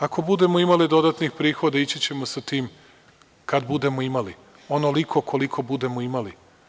Ako budemo imali dodatnih prihoda ići ćemo sa tim, kada budemo imali onoliko koliko budemo imali.